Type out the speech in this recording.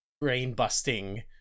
brain-busting